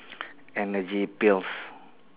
energy pills